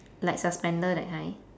like suspender that kind